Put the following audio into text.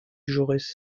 jaurès